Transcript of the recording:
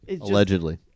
Allegedly